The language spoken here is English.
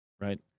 right